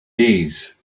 days